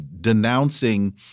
denouncing